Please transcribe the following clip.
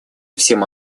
всем